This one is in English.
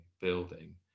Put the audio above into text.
building